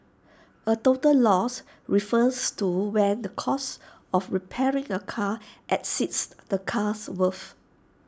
A total loss refers to when the cost of repairing A car exceeds the car's worth